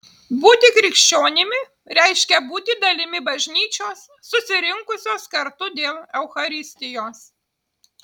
būti krikščionimi reiškia būti dalimi bažnyčios susirinkusios kartu dėl eucharistijos